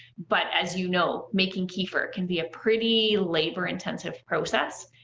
but, as you know, making kefir can be a pretty labor-intensive process,